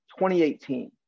2018